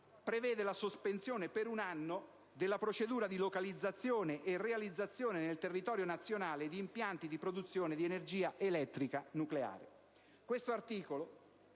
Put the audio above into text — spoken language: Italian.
prevede la sospensione per un anno della procedura di localizzazione e realizzazione nel territorio nazionale di impianti di produzione di energia elettrica nucleare.